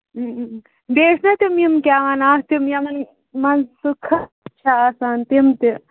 بیٚیہِ ٲسۍ نا تِم یِم کیٛاہ وَنان تِم یِمن منٛز سُہ کھٔس چھُ آسان تِم تہِ